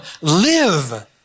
Live